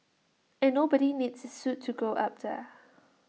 and nobody needs suit to go up there